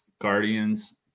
Guardians